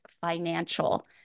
financial